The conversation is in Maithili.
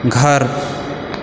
घर